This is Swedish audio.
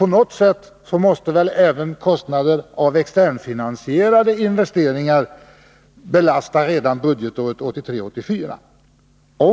På något sätt måste väl även kostnader av externfinansierade investeringar belasta redan budgetåret 1983/84.